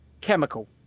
Chemical